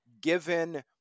given